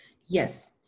Yes